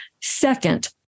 Second